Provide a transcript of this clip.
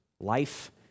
life